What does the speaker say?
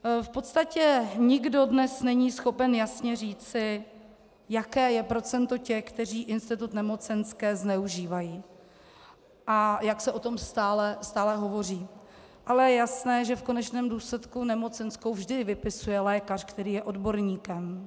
V podstatě nikdo dnes není schopen jasně říci, jaké je procento těch, kteří institut nemocenské zneužívají, jak se o tom stále hovoří, ale je jasné, že v konečném důsledku nemocenskou vždy vypisuje lékař, který je odborníkem.